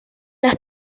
las